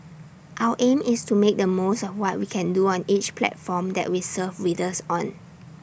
our aim is to make the most of what we can do on each platform that we serve readers on